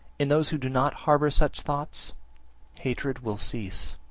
in those who do not harbour such thoughts hatred will cease.